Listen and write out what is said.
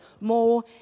more